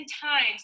times